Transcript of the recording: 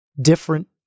different